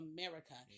America